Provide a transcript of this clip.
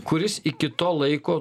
kuris iki to laiko